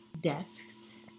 desks